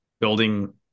building